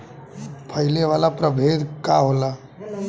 फैले वाला प्रभेद का होला?